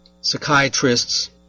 psychiatrists